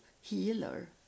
healer